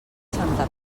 santa